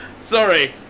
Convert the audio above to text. Sorry